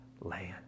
land